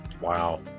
Wow